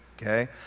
okay